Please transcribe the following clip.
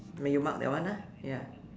then you mark that one ah ya